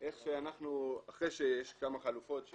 אחרי שיש כמה חלופות,